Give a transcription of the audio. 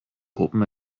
gruppen